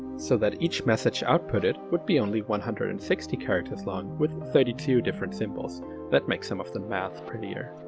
so that each message outputted would be only one hundred and sixty characters long, with thirty two different symbols that makes some of the math prettier.